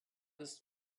ist